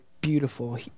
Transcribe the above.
beautiful